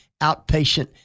outpatient